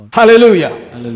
hallelujah